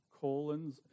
colons